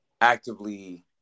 actively